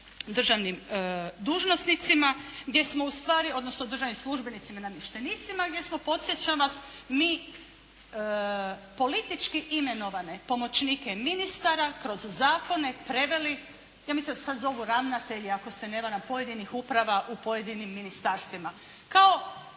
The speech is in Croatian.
državnim dužnosnicima gdje smo ustvari, odnosno o državnim službenicima i namještenicima gdje smo podsjećam vas mi politički imenovane pomoćnike ministara kroz zakone preveli, ja mislim da se sad zovu ravnatelji ako se ne varam pojedinih uprava u pojedinim ministarstvima. Kao